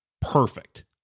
perfect